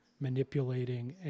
manipulating